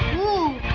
ooh,